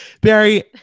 Barry